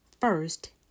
First